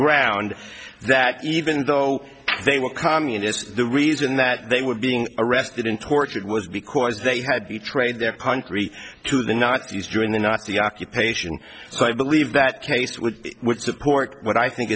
ground that even though they were communists the reason that they were being arrested and tortured was because they had to trade their country to the nazis during the nazi occupation so i believe that case would support what i think